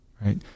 right